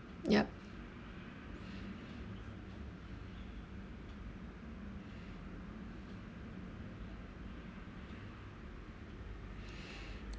yup